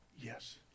yes